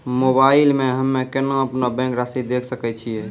Mobile मे हम्मय केना अपनो बैंक रासि देखय सकय छियै?